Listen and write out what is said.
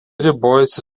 ribojasi